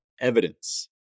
evidence